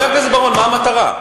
גם בזה אתה,